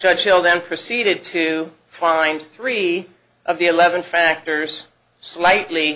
churchill then proceeded to find three of the eleven factors slightly